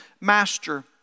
master